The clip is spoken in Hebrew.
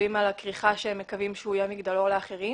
כותבים על הכריכה שהם מקווים שהוא יהיה מגדלור לאחרים.